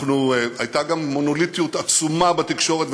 הייתה גם מונוליטיות עצומה בתקשורת,